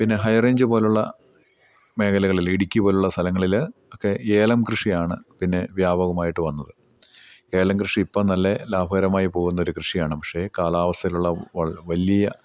പിന്നെ ഹൈറേഞ്ച് പോലെയുള്ള മേഖലകളിൽ ഇടുക്കിപോലെയുള്ള സ്ഥലങ്ങളിൽ ഒക്കെ ഏലം കൃഷിയാണ് പിന്നെ വ്യാപകമായിട്ട് വന്നത് ഏലം കൃഷി ഇപ്പം നല്ല ലാഭകരമായി പോകുന്നൊരു കൃഷിയാണ് പക്ഷെ കാലാവസ്ഥയിലുള്ള വലിയ